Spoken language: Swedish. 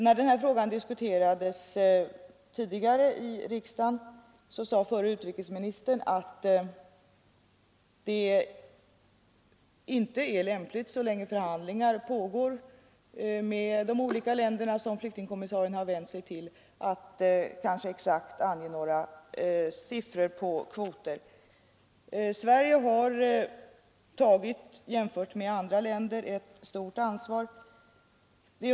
När den här frågan diskuterades tidigare i riksdagen sade förre utrikesministern att det inte var lämpligt, så länge förhandlingar pågick med de olika länder som flyktingkommissarien vänt sig till, att exakt ange siffror på kvoter. Sverige har jämfört med andra länder påtagit sig ett stort ansvar.